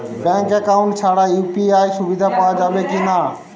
Bank account ছাড়া UPI সুবিধা পাওয়া যাবে কি না?